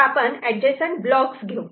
आता आपण adjacent blocks घेऊ